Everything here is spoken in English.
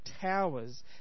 towers